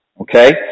okay